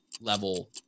level